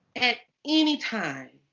at any time.